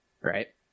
right